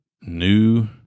new